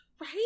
Right